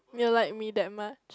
do you like me that much